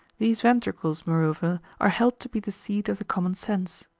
these ventricles, moreover, are held to be the seat of the common sense.